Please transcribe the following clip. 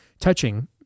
touching